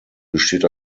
besteht